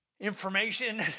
information